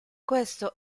questo